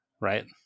right